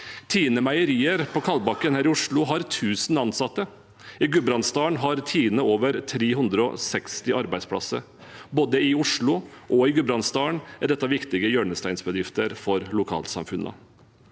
Tine Meieriet på Kalbakken her i Oslo har 1 000 ansatte. I Gudbrandsdalen har Tine over 360 arbeidsplasser. Både i Oslo og i Gudbrandsdalen er dette viktige hjørnesteinsbedrifter for lokalsamfunnene.